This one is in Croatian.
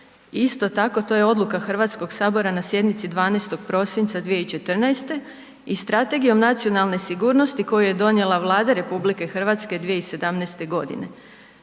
isto tako to je odluka HS na sjednici 12. prosinca 2014. i Strategijom nacionalne sigurnosti koju je donijela Vlada RH 2017.g.